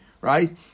right